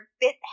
bit